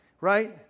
right